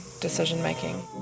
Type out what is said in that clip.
decision-making